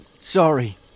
sorry